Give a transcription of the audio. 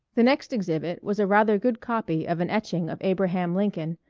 the next exhibit was a rather good copy of an etching of abraham lincoln,